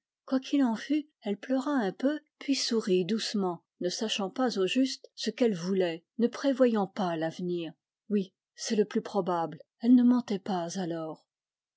qu'il en fût elle pleura un peu puis sourit doucement ne sachant pas au juste ce qu'elle voulait ne prévoyant pas l'avenir oui c'est le plus probable elle ne mentait pas alors